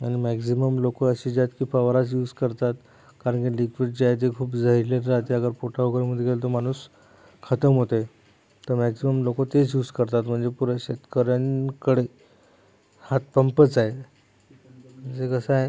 आणि मॅक्झिमम लोक असे जे आहेत की फवाराज यूस करतात कारण की लिक्विड जे आहे जे खूप जहिले राहते अगर पोटा वगैरे मध्ये गेलं तर माणूस खतम होते तर मॅक्झिमम लोक तेच यूस करतात म्हणजे कोण्या शेतकऱ्यांकडे हातपंपच आहे म्हणजे कसं आहे